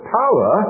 power